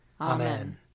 Amen